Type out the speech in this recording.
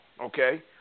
okay